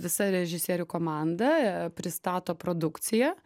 visa režisierių komanda pristato produkciją